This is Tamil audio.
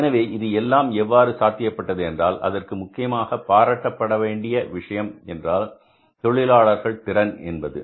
எனவே இது எல்லாம் எவ்வாறு சாத்தியப்பட்டது என்றால் அதற்கு முக்கியமாக பாராட்டப்படவேண்டிய விஷயம் என்றால் தொழிலாளர் திறன் என்பது